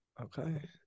Okay